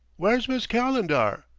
where's miss calendar?